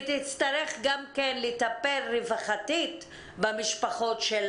והיא תצטרך גם כן לטפל רווחתית במשפחות של